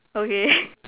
okay